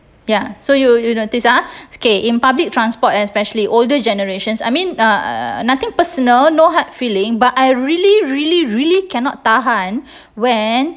ya so you you notice ah okay in public transport especially older generations I mean uh nothing personal no hard feeling but I really really really cannot tahan when